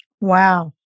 Wow